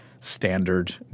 standard